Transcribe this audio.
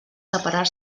separar